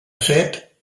fet